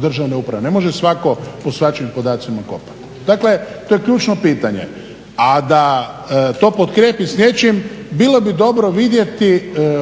državne uprave. Ne može svatko po svačijim podacima kopati. Dakle, to je ključno pitanje. a da to potkrijepim sa nečim bilo bi dobro vidjeti